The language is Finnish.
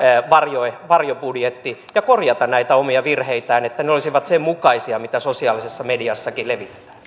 varjobudjetti ja korjata näitä omia virheitään että ne olisivat sen mukaisia mitä sosiaalisessa mediassakin levitetään